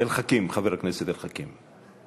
חבר הכנסת אל חכים.